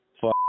fuck